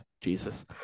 Jesus